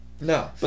No